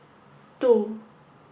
two